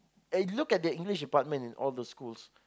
and if you look at the English department in all the schools